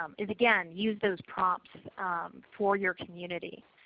um is again, use those prompts for your community.